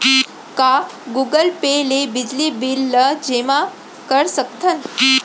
का Google Pay ले बिजली बिल ल जेमा कर सकथन?